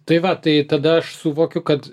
tai va tai tada aš suvokiu kad